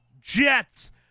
Jets